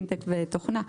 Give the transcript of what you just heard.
פינטק ותוכנה,